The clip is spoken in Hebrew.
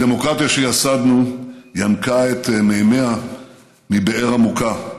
הדמוקרטיה שיסדנו ינקה את מימיה מבאר עמוקה,